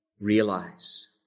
realize